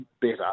better